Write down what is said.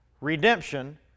Redemption